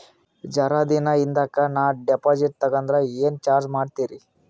ಜರ ದಿನ ಹಿಂದಕ ನಾ ಡಿಪಾಜಿಟ್ ತಗದ್ರ ಏನ ಚಾರ್ಜ ಮಾಡ್ತೀರಿ?